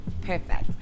perfect